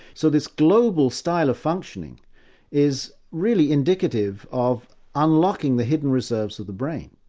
so this global style of functioning is really indicative of unlocking the hidden reserves of the brain.